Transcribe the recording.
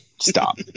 stop